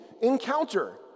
encounter